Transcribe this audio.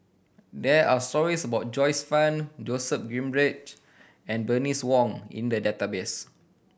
there are stories about Joyce Fan Joseph Grimberg and Bernice Wong in the database